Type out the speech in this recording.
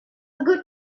good